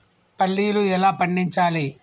పల్లీలు ఎలా పండించాలి?